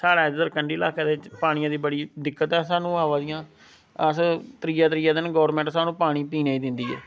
स्हाढ़े इद्धर कंढी लाह्के ते पानिया दी बड़़ी दिक्कतां साहनू आवा दियां अस्स त्रीए त्रीए दिन गौरमैंट साह्नू पानी पीने गी दिंदी ऐ